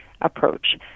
approach